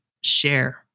share